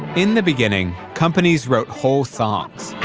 in the beginning, companies wrote whole songs